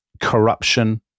corruption